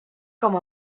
com